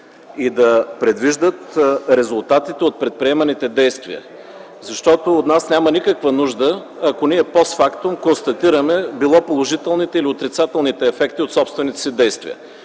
и да предвиждат резултатите от предприеманите действия. Защото от нас няма никаква нужда, ако ни е постфактум констатираме положителните или отрицателните ефекти от собствените си действия.